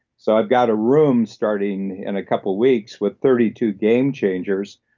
so i've got a room starting in a couple weeks with thirty two game changers,